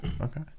Okay